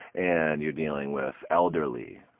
and you're dealing with elderly,